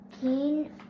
King